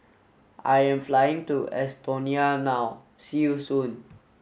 I am flying to Estonia now see you soon